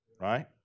right